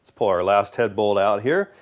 pull our last head bolt out here,